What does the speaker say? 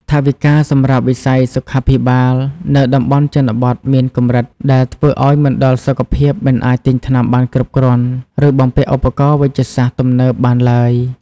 ថវិកាសម្រាប់វិស័យសុខាភិបាលនៅតំបន់ជនបទមានកម្រិត ដែលធ្វើឱ្យមណ្ឌលសុខភាពមិនអាចទិញថ្នាំបានគ្រប់គ្រាន់ ឬបំពាក់ឧបករណ៍វេជ្ជសាស្ត្រទំនើបបានឡើយ។